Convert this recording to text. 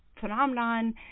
phenomenon